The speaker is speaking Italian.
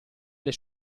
alle